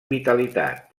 vitalitat